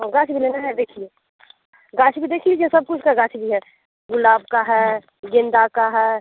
ओ गांछ भी लेना है देखिए गांछ भी देख लीजिए सब कुछ का गांछ भी है गुलाब का है गेंदा का है